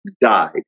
died